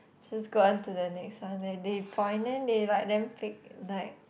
just go on to the next one when they point then they like damn pek~ like